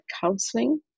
counseling